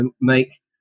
make